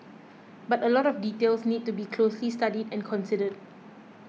but a lot of details need to be closely studied and considered